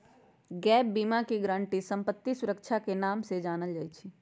gap बीमा के guarantee संपत्ति सुरक्षा के नाम से जानल जाई छई